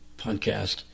podcast